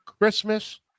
Christmas